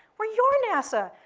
we're your nasa.